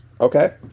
Okay